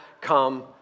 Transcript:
come